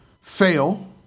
fail